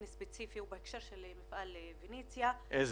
ספציפי בהקשר של מפעל "פניציה" --- איזה?